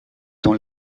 dans